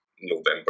November